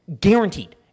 Guaranteed